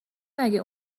مگه